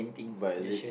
but is it